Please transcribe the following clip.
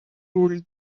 ruled